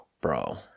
bro